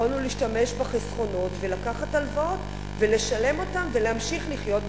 יכולנו להשתמש בחסכונות ולקחת הלוואות ולשלם אותן ולהמשיך לחיות בכבוד,